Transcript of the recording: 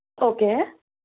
okay